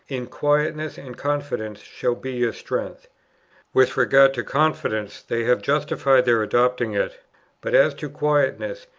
in quietness and confidence shall be your strength with regard to confidence, they have justified their adopting it but as to quietness,